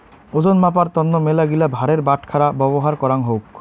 ওজন মাপার তন্ন মেলাগিলা ভারের বাটখারা ব্যবহার করাঙ হউক